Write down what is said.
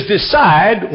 decide